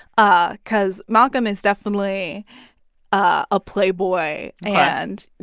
ah cause malcolm is definitely a playboy. and,